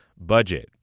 budget